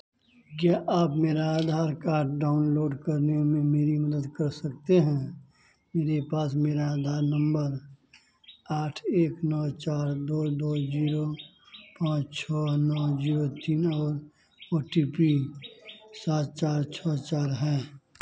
क्या आप मेरा आधार कार्ड डाउनलोड करने में मेरी मदद कर सकते हैं मेरे पास मेरा आधार नंबर आठ एक नौ चार दो दो ज़ीरो पाँच छः नौ ज़ीरो तीन और ओ टी पी सात चार छः चार है